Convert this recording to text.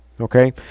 Okay